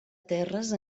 terres